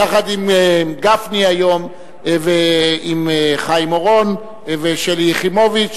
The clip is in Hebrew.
יחד עם גפני היום ועם חיים אורון ושלי יחימוביץ.